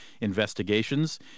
investigations